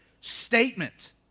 statement